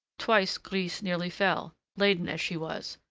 twice grise nearly fell laden as she was,